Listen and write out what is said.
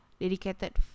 dedicated